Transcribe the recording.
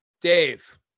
Dave